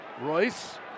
Royce